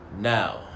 Now